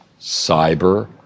cyber